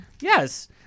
Yes